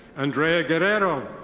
andrea guerrero.